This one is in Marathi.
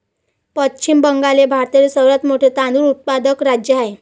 पश्चिम बंगाल हे भारतातील सर्वात मोठे तांदूळ उत्पादक राज्य आहे